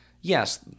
Yes